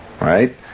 Right